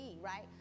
right